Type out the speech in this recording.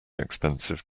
expensive